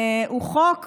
הוא חוק